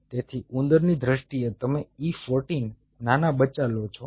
તેથી ઉંદરની દ્રષ્ટિએ તમે E 14 નાના બચ્ચા લો છો